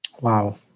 Wow